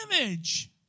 image